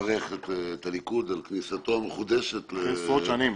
לברך את הליכוד על כניסתו המחודשת אחרי עשרות שנים.